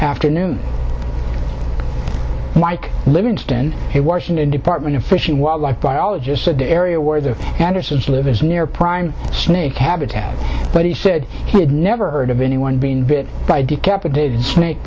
afternoon mike livingston he washington department of fish and wildlife biologist said the area where the andersons live is near prime snake habitat but he said he had never heard of anyone being bit by decapitated snake